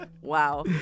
Wow